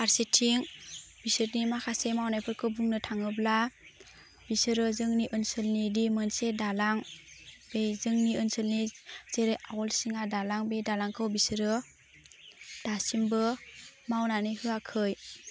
फारसेथिं बिसोरनि माखासे मावनायफोरखौ बुंनो थाङोब्ला बिसोरो जोंनि ओनसोलनि दि मोनसे दालां बे जोंनि ओनसोलनि जेरै अलसिङा दालां बे दालांखौ बिसोरो दासिमबो मावनानै होआखै